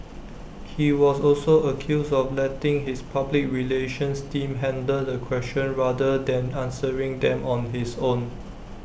he was also accused of letting his public relations team handle the questions rather than answering them on his own